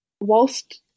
whilst